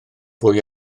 fwy